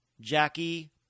Jackie